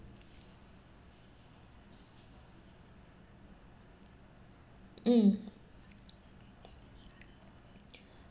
mm